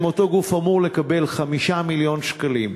אם אותו גוף אמור לקבל 5 מיליון שקלים,